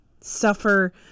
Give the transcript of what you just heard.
suffer